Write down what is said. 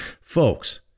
folks